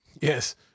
Yes